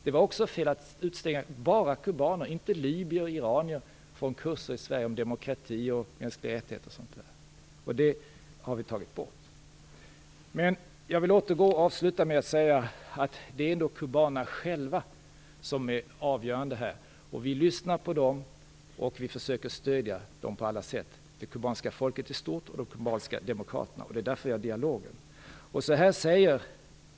Det var också fel att bara utestänga kubaner - inte libyer eller iranier - från kurser i Sverige om demokrati, mänskliga rättigheter och sådant. Det har vi tagit bort. Det är ändå kubanerna själva som avgör. Vi lyssnar på dem och försöker stödja dem på alla sätt - det kubanska folket i stort och de kubanska demokraterna. Det är därför vi för en dialog.